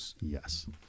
Yes